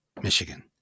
Michigan